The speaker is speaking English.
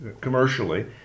commercially